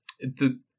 the-